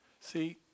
See